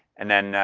and then,